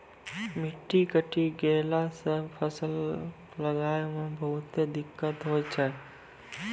मिट्टी कटी गेला सॅ फसल लगाय मॅ बहुते दिक्कत होय छै